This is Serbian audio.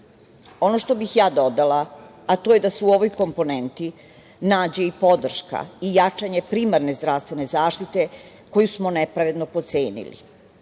što bih ja dodala, to je da se u ovoj komponenti nađe i podrška i jačanje primarne zdravstvene zaštite koju smo nepravedno potcenili,